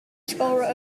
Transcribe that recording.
scorer